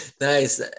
Nice